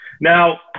Now